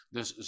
Dus